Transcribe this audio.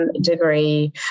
degree